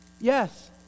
Yes